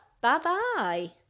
Bye-bye